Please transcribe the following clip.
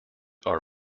are